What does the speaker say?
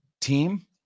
team